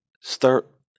start